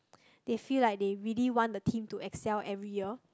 they feel like they really want the team to Excel every year